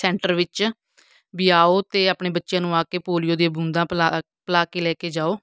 centre ਵਿੱਚ ਵੀ ਆਉ ਅਤੇ ਆਪਣੇ ਬੱਚਿਆਂ ਨੂੰ ਆ ਕੇ ਪੋਲੀਓ ਦੀਆਂ ਬੂੰਦਾਂ ਪਿਲਾ ਪਿਲਾ ਕੇ ਲੈ ਕੇ ਜਾਉ